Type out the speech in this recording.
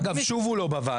אגב, שוב הוא לא בוועדה.